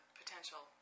potential